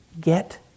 get